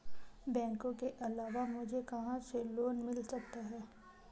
बैंकों के अलावा मुझे कहां से लोंन मिल सकता है?